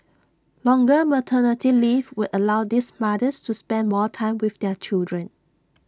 longer maternity leave will allow these mothers to spend more time with their children